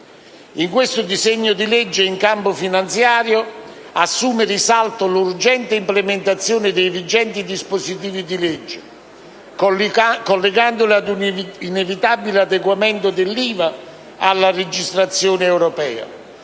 In questo disegno di legge, in campo finanziario assume risalto l'urgente implementazione dei vigenti dispositivi di legge, collegandoli ad un inevitabile adeguamento dell'IVA alla legislazione europea.